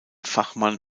fachmann